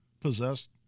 possessed